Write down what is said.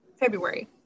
February